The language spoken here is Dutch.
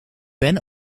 ben